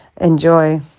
Enjoy